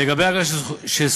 לגברי אגרה שסכומה